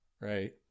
right